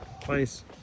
place